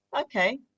Okay